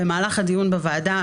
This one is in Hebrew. במהלך הדיון בוועדה,